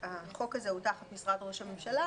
החוק הזה הוא תחת משרד ראש הממשלה,